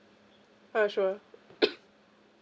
uh sure